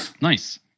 Nice